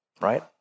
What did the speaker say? right